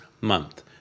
month